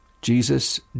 Jesus